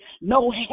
No